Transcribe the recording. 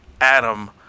Adam